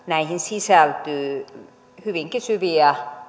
näihin sisältyy hyvinkin syviä